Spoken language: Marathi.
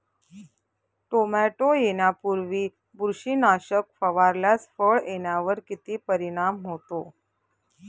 टोमॅटो येण्यापूर्वी बुरशीनाशक फवारल्यास फळ येण्यावर किती परिणाम होतो?